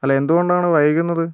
അല്ല എന്തുകൊണ്ടാണ് വൈകുന്നത്